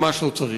ממש לא צריך.